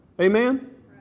Amen